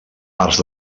parts